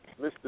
Mr